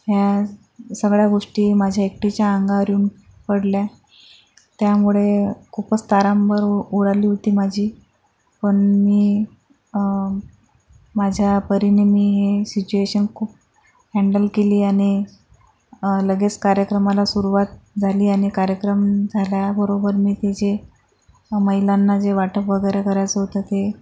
या सगळ्या गोष्टी माझ्या एकटीच्या अंगावर येऊन पडल्या त्यामुळे खूपच तारांबळ उडाली होती माझी पण मी माझ्या परीने मी ही सिच्युएशन खूप हॅन्डल केली आणि लगेच कार्यक्रमाला सुरुवात झाली आणि कार्यक्रम झाल्याबरोबर मी ते जे महिलांना जे वाटप वगैरे करायचं होतं ते